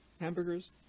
hamburgers